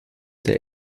der